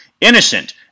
innocent